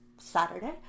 Saturday